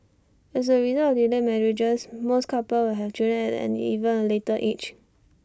as A result of delayed marriages most couples will have children at an even later age